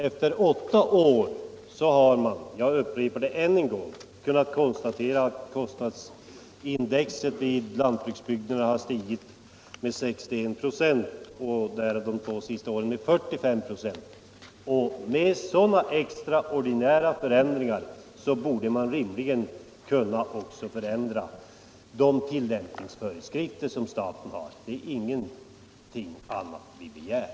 Efter åtta år har man, jag upprepar det än en gång, kunnat konstatera att kostnadsindex i lantbruksbygderna har stigit med 61 96 och därav de två senaste åren med 45 96. Med sådana extraordinära förändringar borde också rimligen statens tillämpningsföreskrifter kunna förändras. Det är ingenting annat vi begär.